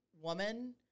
woman